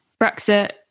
Brexit